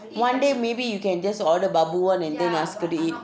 one day maybe you can just order babu one and then ask her to eat